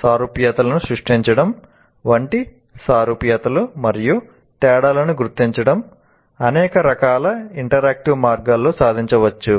సారూప్యతలను సృష్టించడం వంటి సారూప్యతలు మరియు తేడాలను గుర్తించడం అనేక రకాల ఇంటరాక్టివ్ మార్గాల్లో సాధించవచ్చు